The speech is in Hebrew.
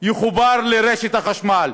יחובר לרשת החשמל,